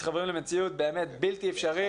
מתחברים למציאת באמת בלתי אפשרית.